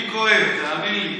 אני כואב, לי כואב, תאמיני לי.